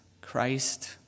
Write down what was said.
Christ